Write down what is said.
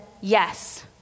yes